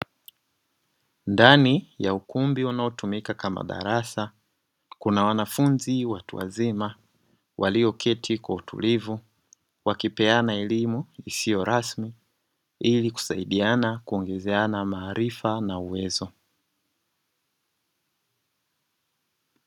Ndani ya ukumbi unao tumika kama darasa, kuna wanafunzi watu wazima walioketi kwa utulivu wakipeana elimu isiyo rasmi ili kusaidiana kuongeazeana maarifa na uwezo.